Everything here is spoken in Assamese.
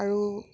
আৰু